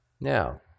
Now